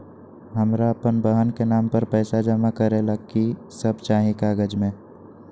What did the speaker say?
हमरा अपन बहन के नाम पर पैसा जमा करे ला कि सब चाहि कागज मे?